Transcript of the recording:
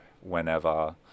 whenever